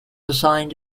assigned